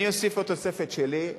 אני אוסיף עוד תוספת שלי,